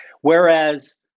Whereas